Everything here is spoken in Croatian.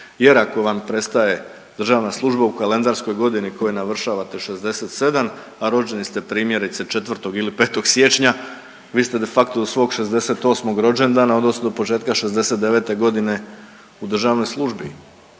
jer ako vam prestaje državna služba u kalendarskoj godini u kojoj navršavate 67, a rođeni ste primjerice 4. ili 5. siječnja vi ste de facto do svog 68. rođendana odnosno početka 69. godine u državnoj službi,